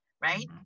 right